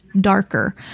darker